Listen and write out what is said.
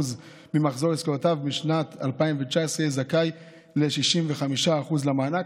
ממחזור עסקאותיו משנת 2019 יהיה זכאי ל-65% מהמענק.